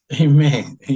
Amen